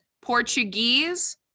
Portuguese